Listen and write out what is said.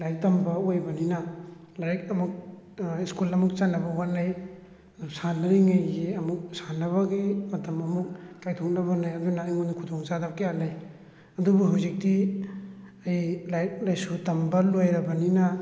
ꯂꯥꯏꯔꯤꯛ ꯇꯝꯕ ꯑꯣꯏꯕꯅꯤꯅ ꯂꯥꯏꯔꯤꯛ ꯑꯃꯨꯛ ꯁ꯭ꯀꯨꯜ ꯑꯃꯨꯛ ꯆꯠꯅꯕ ꯍꯣꯠꯅꯩ ꯁꯥꯟꯅꯔꯤꯉꯩꯒꯤ ꯑꯃꯨꯛ ꯁꯥꯟꯅꯕꯒꯤ ꯃꯇꯝ ꯑꯃꯨꯛ ꯀꯥꯏꯊꯣꯛꯅꯕꯅꯦ ꯑꯗꯨꯅ ꯑꯩꯉꯣꯟꯗ ꯈꯨꯗꯣꯡ ꯆꯥꯗꯕ ꯀꯌꯥ ꯂꯩ ꯑꯗꯨꯕꯨ ꯍꯧꯖꯤꯛꯇꯤ ꯑꯩ ꯂꯥꯏꯔꯤꯛ ꯂꯥꯏꯁꯨ ꯇꯝꯕ ꯂꯣꯏꯔꯕꯅꯤꯅ